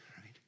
right